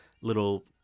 little